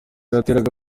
yateraga